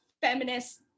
feminist